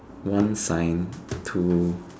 one sign two